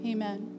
Amen